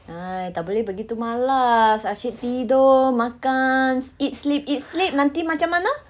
!hais! tak boleh begitu malas asyik tidur makan eat sleep eat sleep nanti macam mana